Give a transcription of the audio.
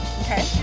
Okay